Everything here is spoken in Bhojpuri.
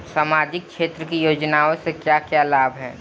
सामाजिक क्षेत्र की योजनाएं से क्या क्या लाभ है?